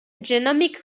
genomics